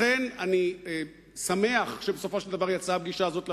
לכן אני שמח שבסופו של דבר יצאה הפגישה הזאת לפועל.